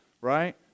right